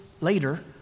later